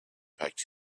packed